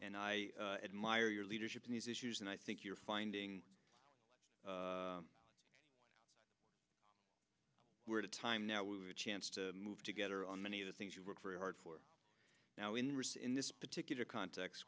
and i admire your leadership in these issues and i think you're finding we're at a time now we're a chance to move together on many of the things you've worked very hard for now in ricin this particular cont